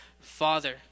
Father